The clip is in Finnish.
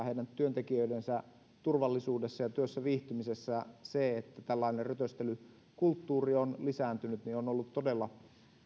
heidän työntekijöidensä turvallisuudessa ja työssäviihtymisessä se että tällainen rötöstelykulttuuri on lisääntynyt on ollut todella